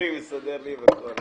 אבל תזכרו שיש לי עוד השלמות לעשות.